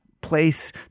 place